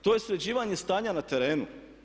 To je sređivanje stanja na terenu.